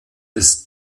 des